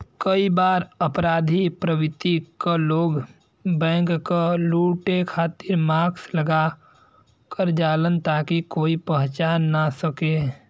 कई बार अपराधी प्रवृत्ति क लोग बैंक क लुटे खातिर मास्क लगा क जालन ताकि कोई पहचान न सके